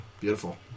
beautiful